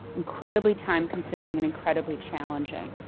incredibly time consuming and incredibly challenging.